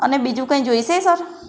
અને બીજું કંઇ જોઈશે સર